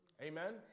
Amen